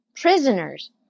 prisoners